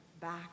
back